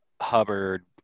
Hubbard